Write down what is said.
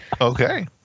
okay